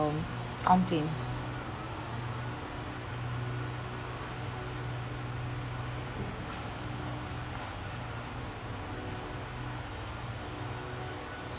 complain